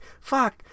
fuck